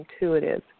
intuitive